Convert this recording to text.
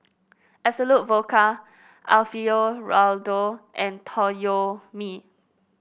Absolut Vodka Alfio Raldo and Toyomi